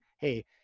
Hey